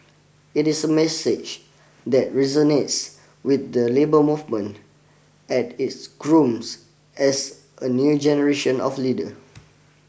it is a message that resonates with the labour movement at is grooms as a new generation of leader